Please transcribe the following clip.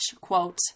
quote